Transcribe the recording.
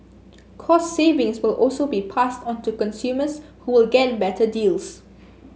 cost savings will also be passed onto consumers who will get better deals